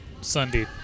Sunday